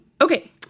Okay